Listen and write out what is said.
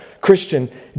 Christian